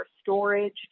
storage